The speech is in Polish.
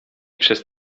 przez